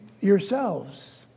yourselves